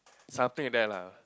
something that lah